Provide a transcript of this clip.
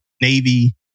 Navy